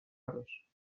داشت